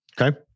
Okay